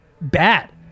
bad